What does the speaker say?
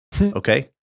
Okay